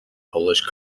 polish